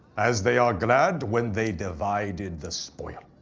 as they are glad when they divided the spoil.